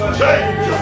change